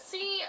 See